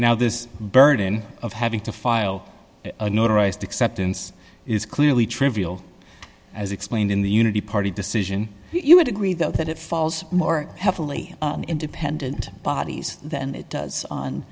now this burden of having to file a notarized acceptance is clearly trivial as explained in the unity party decision you would agree though that it falls more heavily on independent bodies than it does on